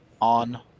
on